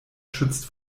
schützt